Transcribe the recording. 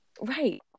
right